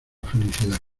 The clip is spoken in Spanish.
felicidad